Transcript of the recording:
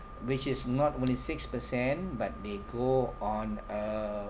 which is not only six percent but they go on a